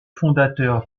fondateur